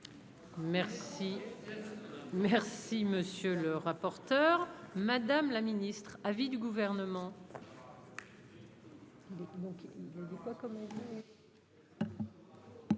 Merci, merci, monsieur le rapporteur, Madame la Ministre à vie du gouvernement.